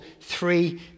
three